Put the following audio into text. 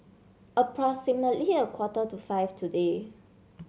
approximately a quarter to five today